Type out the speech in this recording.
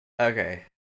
Okay